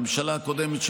הממשלה הקודמת,